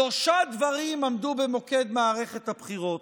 שלושה דברים עמדו במוקד מערכת הבחירות: